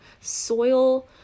soil